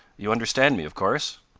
you understand me, of course?